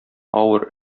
авыр